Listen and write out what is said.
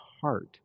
heart